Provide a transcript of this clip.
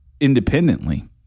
independently